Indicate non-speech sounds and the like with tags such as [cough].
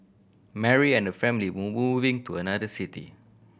Mary and her family were [unintelligible] moving to another city